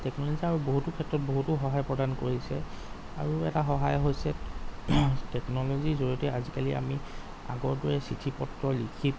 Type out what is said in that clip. টেকনলজিয়ে আৰু বহুতো ক্ষেত্ৰত বহুতো সহায় প্ৰদান কৰিছে আৰু এটা সহায় হৈছে টেকনলজিৰ জৰিয়তে আজিকালি আমি আগৰ দৰে চিঠি পত্ৰ লিখি